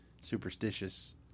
superstitious